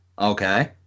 Okay